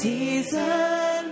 Season